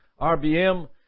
RBM